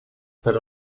per